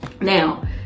now